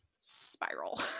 spiral